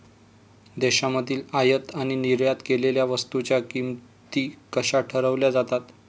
देशांमधील आयात आणि निर्यात केलेल्या वस्तूंच्या किमती कशा ठरवल्या जातात?